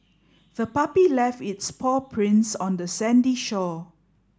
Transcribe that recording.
the puppy left its paw prints on the sandy shore